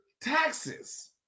taxes